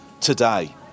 today